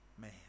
man